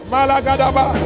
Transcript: Malagadaba